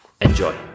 Enjoy